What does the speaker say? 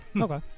Okay